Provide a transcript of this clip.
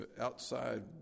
outside